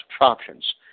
options